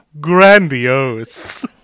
Grandiose